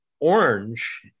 orange